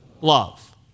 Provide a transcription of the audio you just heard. Love